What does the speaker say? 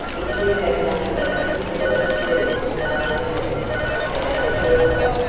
if you have nothing in particular to do this afternoon about two o'clock,